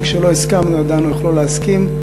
גם כשלא הסכמנו ידענו איך לא להסכים.